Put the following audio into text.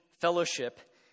fellowship